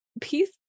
peace